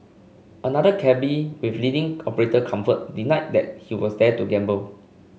another cabby with leading operator comfort denied that he was there to gamble